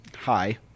Hi